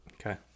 Okay